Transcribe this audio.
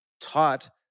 taught